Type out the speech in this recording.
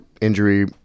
injury